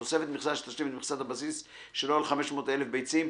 תוספת מכסה שתשלים את מכסת הבסיס שלו ל-500,000 ביצים,